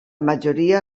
majoria